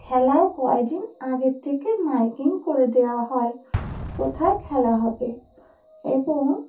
খেলার কয়েকদিন আগের থেকে মাইকিং করে দেওয়া হয় কোথায় খেলা হবে এবং